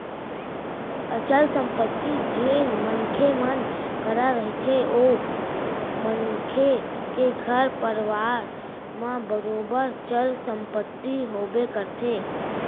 अचल संपत्ति जेन मनखे मन करा रहिथे ओ मनखे के घर परवार म बरोबर चल संपत्ति होबे करथे